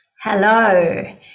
Hello